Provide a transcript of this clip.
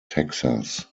texas